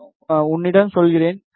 நான் உன்னிடம் சொல்கிறேன்